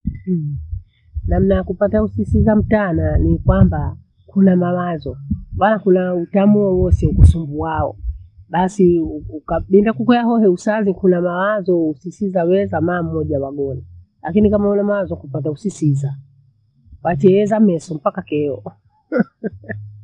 namna yakupata usisi za mtana ni kwamba, kuna mawazo maana utamu wowose kusumbuao. Basii ukabinda kukwea hoo husazi kuna mawazo sisi zaweza maamoja wagoma. Lakini kama ule mawazo kupata usi sizaa. Bati heza meso mpaka keyo.